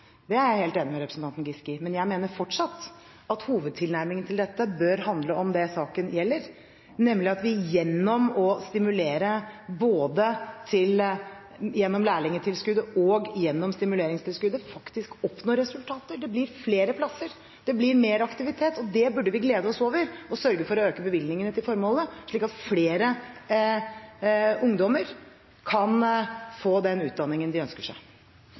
Det er jeg helt enig med representanten Giske i. Men jeg mener fortsatt at hovedtilnærmingen til dette bør handle om det saken gjelder, nemlig at vi ved å stimulere gjennom lærlingtilskuddet og stimuleringstilskuddet, faktisk oppnår resultater. Det blir flere plasser. Det blir mer aktivitet. Det burde vi glede oss over og sørge for å øke bevilgningen til formålet, slik at flere ungdommer kan få den utdanningen de ønsker seg.